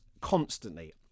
constantly